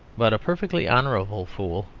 but a perfectly honourable fool.